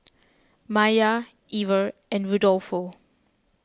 Maiya Ever and Rudolfo